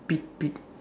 big big